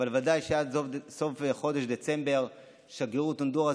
אבל ודאי שעד סוף חודש דצמבר שגרירות הונדורס